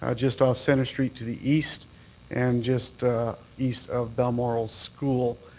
ah just off centre street to the east and just east of balmoral school.